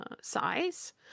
size